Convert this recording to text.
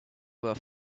were